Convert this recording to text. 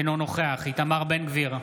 אינו נוכח איתמר בן גביר,